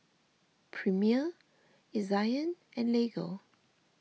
Premier Ezion and Lego